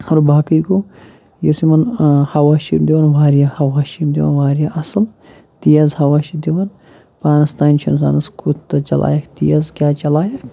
اور باقٕے گوٚو یُس یِمَن ہوا چھِ یِم دِوان واریاہ ہوا چھِ یِم دِوان واریاہ اَصٕل تیز ہوا چھِ دِوان پانَس تام چھِ اِنسانَس کوٗتاہ چَلایکھ تیز کیٛاہ چَلایکھ